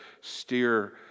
steer